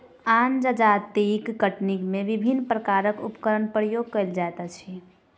आन जजातिक कटनी मे विभिन्न प्रकारक उपकरणक प्रयोग कएल जाइत अछि